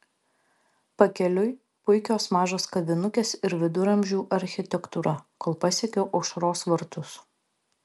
pakeliui puikios mažos kavinukės ir viduramžių architektūra kol pasiekiau aušros vartus